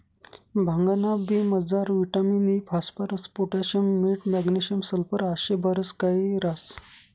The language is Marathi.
भांगना बी मजार विटामिन इ, फास्फरस, पोटॅशियम, मीठ, मॅग्नेशियम, सल्फर आशे बरच काही काही ह्रास